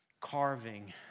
carving